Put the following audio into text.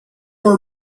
were